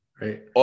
right